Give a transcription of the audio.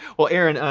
well, aaron,